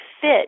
fit